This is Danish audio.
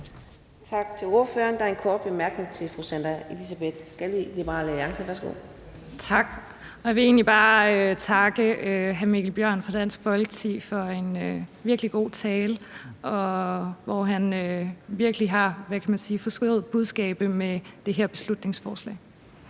Tak til ordføreren. Der er en kort bemærkning fra fru Sandra Elisabeth Skalvig, Liberal Alliance. Værsgo. Kl. 11:49 Sandra Elisabeth Skalvig (LA): Tak. Jeg vil egentlig bare takke hr. Mikkel Bjørn fra Dansk Folkeparti for en virkelig god tale, hvor han virkelig har forstået budskabet med det her beslutningsforslag.